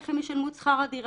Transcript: איך הן ישלמו את שכר הדירה.